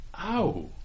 Ow